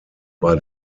bei